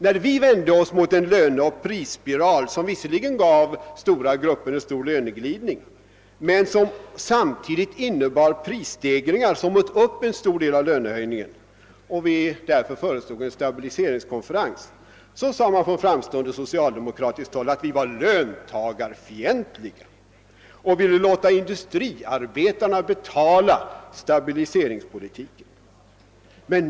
När vi vände oss mot den löneoch prisspiral som visserligen gav stora grupper en stor löneglidning som samtidigt innebar prisstegringar som åt upp en stor del av lönehöjningarna och vi därför föreslog en stabiliseringskonferens sade man på framstående socialdemokratiskt håll, att vi var löntagarfientliga och ville låta industriarbetarna betala stabiliseringspolitiken.